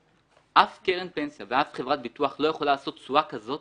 אף קרן פנסיה ואף חברת ביטוח לא יכולה לעשות תשואה כזאת.